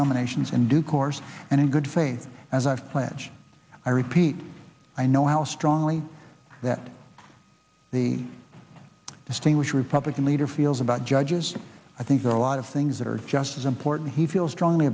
nominations in due course and in good faith as i've pledged i repeat i know how strongly that the distinguished republican leader feels about judges i think there are a lot of things that are just as important he feels strongly